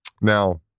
Now